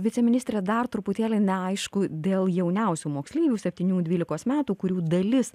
viceministre dar truputėlį neaišku dėl jauniausių moksleivių septynių dvylikos metų kurių dalis